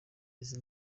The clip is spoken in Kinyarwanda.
izi